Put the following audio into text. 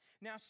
Now